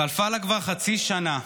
חלפה לה כבר חצי שנה,